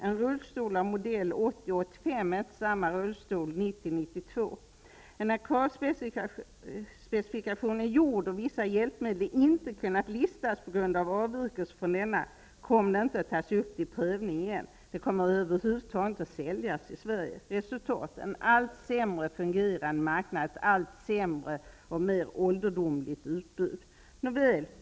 En rullstol av 1980 års modell är inte samma sak som en rullstol av 1990 När en kravspecifikation är gjord och vissa hjälpmedel inte har kunnat listas på grund av avvikelse från denna, kommer de inte att tas upp till prövning igen. De kommer över huvud taget inte att säljas i Sverige. Vi får en allt sämre fungerande marknad och ett allt sämre och mera ålderdomligt utbud.